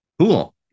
cool